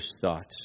thoughts